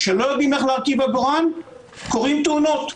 כשלא יודעים איך להרכיב עגורן, קורות תאונות.